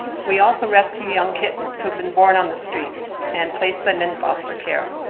we also rescue young kittens who have been born on the streets and place them in foster care.